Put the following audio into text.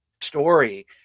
story